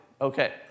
Okay